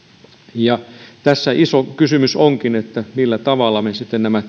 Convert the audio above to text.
ja tässä iso kysymys onkin millä tavalla me sitten nämä